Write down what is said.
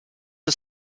are